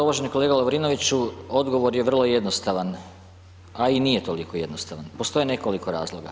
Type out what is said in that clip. Uvaženi kolega Lovrinoviću, odgovor je vrlo jednostavan, a i nije toliko jednostavan, postoje nekoliko razloga.